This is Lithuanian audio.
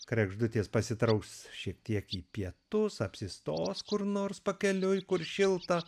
kregždutės pasitrauks šiek tiek į pietus apsistos kur nors pakeliui kur šilta